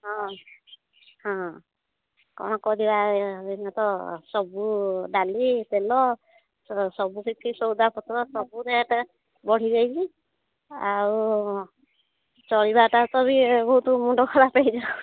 ହଁ ହଁ କ'ଣ କରିବା ଏଇନା ତ ସବୁ ଡାଲି ତେଲ ସବୁ କିଛି ସଉଦା ପତ୍ର ସବୁ ରେଟ୍ ବଢ଼ି ଯାଇଛି ଆଉ ଚଳିବାଟା ବି ବହୁତ ମୁଣ୍ଡ ଖରାପ ହୋଇଯାଉଛି